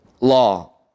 law